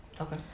Okay